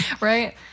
Right